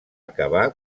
acabar